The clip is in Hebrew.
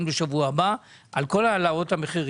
בדיון הקודם הבהרנו איך העובדים מרגישים לגבי כל הנושא של סגירת המחלבה.